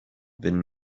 been